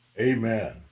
Amen